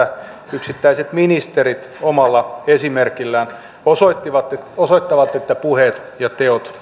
yksittäiset ministerit omalla esimerkillään osoittavat että puheet ja teot